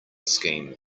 scheme